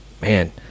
Man